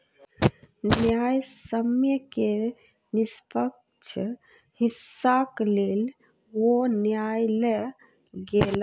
न्यायसम्य के निष्पक्ष हिस्साक लेल ओ न्यायलय गेला